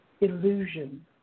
illusion